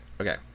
okay